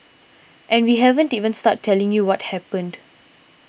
and we haven't even started telling you what happened